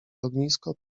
ognisko